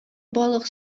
балык